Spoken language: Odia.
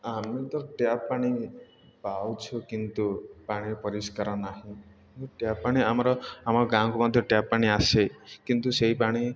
ଆମେ ତ ଟ୍ୟାପ୍ ପାଣି ପାଉଛୁ କିନ୍ତୁ ପାଣି ପରିଷ୍କାର ନାହିଁ ଟ୍ୟାପ୍ ପାଣି ଆମର ଆମ ଗାଁକୁ ମଧ୍ୟ ଟ୍ୟାପ୍ ପାଣି ଆସେ କିନ୍ତୁ ସେଇ ପାଣି